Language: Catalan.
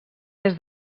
des